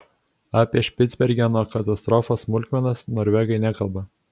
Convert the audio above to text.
apie špicbergeno katastrofos smulkmenas norvegai nekalba